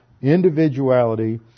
individuality